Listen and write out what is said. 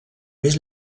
més